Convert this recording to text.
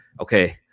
okay